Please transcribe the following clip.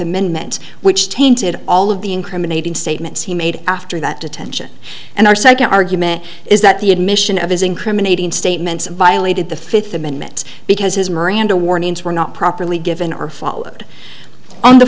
amendment which tainted all of the incriminating statements he made after that detention and our second argument is that the admission of his incriminating statements violated the fifth amendment because his miranda warnings were not properly given or followed up on the